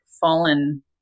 fallen